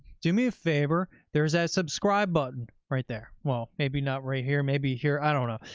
do me a favor, there's that subscribe button right there. well, maybe not right here, maybe here. i don't know.